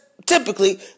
Typically